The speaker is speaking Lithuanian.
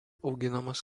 auginamos